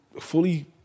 fully